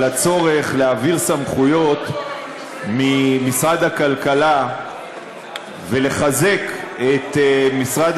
הצורך להעביר סמכויות ממשרד הכלכלה ולחזק את משרד